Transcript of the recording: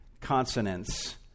consonants